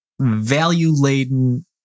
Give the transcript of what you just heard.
value-laden